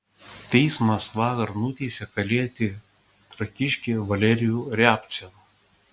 teismas vakar nuteisė kalėti trakiškį valerijų riabcevą